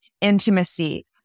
intimacy